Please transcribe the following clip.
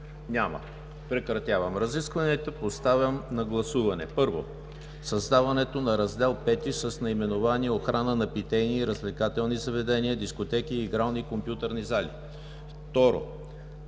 Няма. Прекратявам разискванията. Поставям на гласуване, първо, създаването на Раздел V, с наименование „Охрана на питейни и развлекателни заведения, дискотеки, игрални и компютърни зали“; второ,